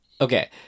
Okay